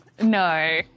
No